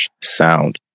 sound